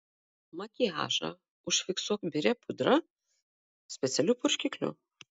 makiažą užfiksuok biria pudra specialiu purškikliu